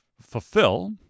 fulfill